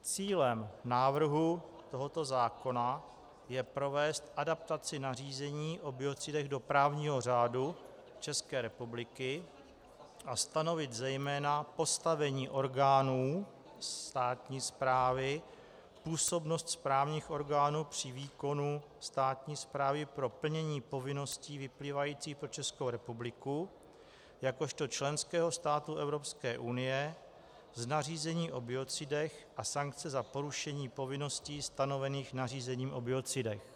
Cílem návrhu tohoto zákona je provést adaptaci nařízení o biocidech do právního řádu České republiky a stanovit zejména postavení orgánů státní správy, působnost správních orgánů při výkonu státní správy pro plnění povinností vyplývajících pro Českou republiku jakožto členský stát Evropské unie z nařízení o biocidech a sankce za porušení povinností stanovených nařízením o biocidech.